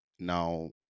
Now